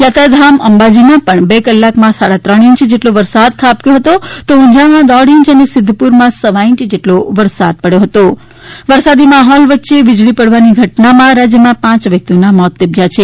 યાત્રાધામ અંબાજીમાં બે કલાકમાં સાડા ત્રણ ઈંચ વરસાદ ખાબક્યો હતો તો ઉંઝામાં દોઢ ઈંચ અને સિધ્ધપુરમાં સવા ઈંચ વરસાદ પડ્યો હતો વરસાદી માહોલ વચ્ચે વિજળી પડવાની ઘટનામાં પાંચ વ્યક્તિઓના મોત નિપજ્યા છે